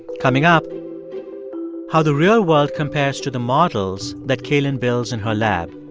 coming up how the real world compares to the models that cailin builds in her lab.